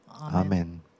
Amen